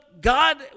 God